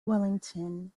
wellington